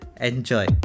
enjoy